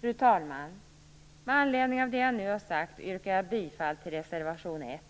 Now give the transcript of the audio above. Fru talman! Med anledning av det jag nu har sagt yrkar jag bifall till reservation 1.